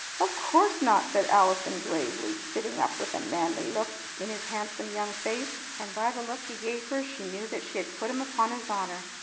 of course not! said allison gravely, sitting up with a manly look in his handsome young face. and by the look he gave her she knew that she had put him upon his honor,